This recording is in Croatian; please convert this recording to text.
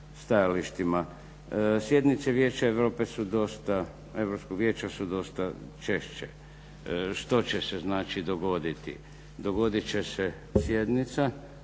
stajalištima. Sjednice Europskog vijeća su dosta češće. Što će se znači dogoditi? Dogodit će se sjednica